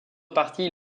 partie